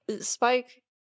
Spike